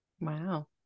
wow